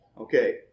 Okay